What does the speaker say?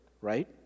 right